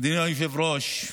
אדוני היושב-ראש,